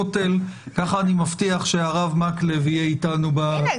--- אני מבקש תוך רבע שעה לסיים את הדיון.